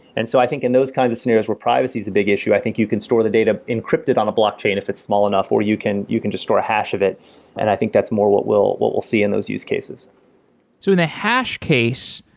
and so i think in those kinds of scenarios where privacy is a big issue, i think you can store the data encrypted on a blockchain if it's small enough, or you you can just store a hash of it and i think that's more what we'll what we'll see in those use cases so in the hash case,